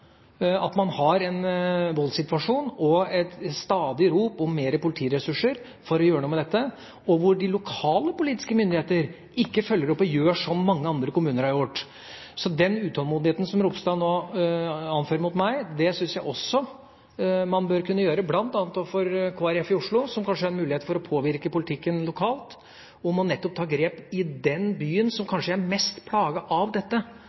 at man har en voldssituasjon og stadig rop om mer politiressurser for å gjøre noe med dette, og hvor de lokale politiske myndighetene ikke følger opp og gjør som mange andre kommuner har gjort. Så den utålmodigheten som Ropstad nå anfører mot meg, synes jeg også man bør kunne vise bl.a. overfor Kristelig Folkeparti i Oslo, som kanskje har en mulighet for å påvirke politikken lokalt, og som nettopp må kunne ta grep i den byen som kanskje er mest plaget av dette.